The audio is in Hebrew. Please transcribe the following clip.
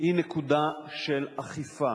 היא נקודה של אכיפה.